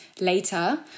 later